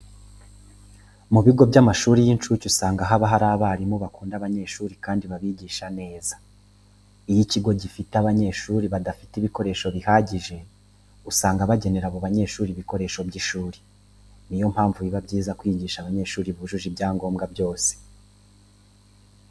Mu bigo by'amashuri y'incuke usanga haba hari abarimu bakunda abanyeshuri kandi babigisha neza. Iyo ikigo gifite abanyeshuri badafite ibikoresho bihagije, usanga bagenera abo banyeshuri ibikoresho by'ishuri. Niyo mpamvu biba byiza kwigisha abanyeshuri bujuje ibyangombwa byose.